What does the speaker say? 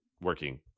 working